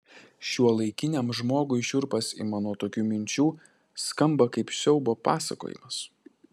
šiuolaikiniam žmogui šiurpas ima nuo tokių minčių skamba kaip siaubo pasakojimas